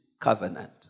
covenant